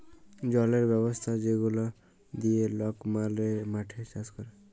জলের ব্যবস্থা যেগলা দিঁয়ে লক মাঠে চাষ ক্যরে